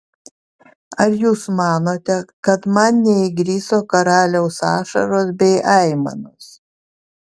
ar jūs manote kad man neįgriso karaliaus ašaros bei aimanos